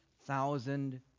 thousand